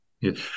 Yes